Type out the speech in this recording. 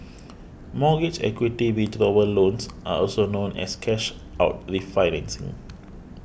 mortgage equity withdrawal loans are also known as cash out refinancing